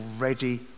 already